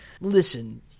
listen